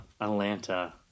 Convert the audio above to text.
Atlanta